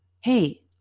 Hey